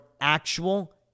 actual